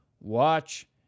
watch